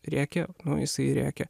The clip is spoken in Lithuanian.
rėkia o jisai rėkia